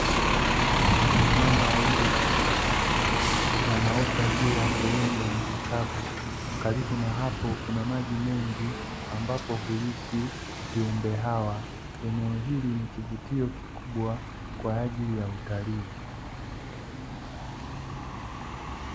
Mamba wawili wakubwa, wanene wanaota jua sehemu ya nchi kavu. Karibu na hapo, kuna maji mengi ambapo huishi viumbe hawa. Eneo hili ni kivutio kikubwa kwa ajili ya utalii.